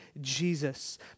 Jesus